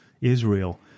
Israel